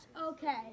okay